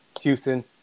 Houston